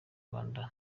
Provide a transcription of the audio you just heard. rwanda